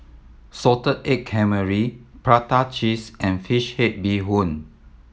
salted egg calamari prata cheese and fish head bee hoon